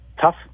tough